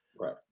right